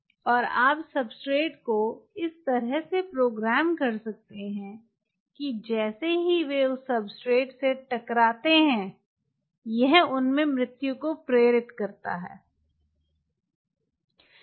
और आप सब्सट्रेट को इस तरह से प्रोग्राम कर सकते हैं कि जैसे ही वे उस सब्सट्रेट से टकराते हैं यह उनमें मृत्यु को प्रेरित करेगा